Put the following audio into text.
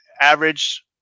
average